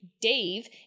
Dave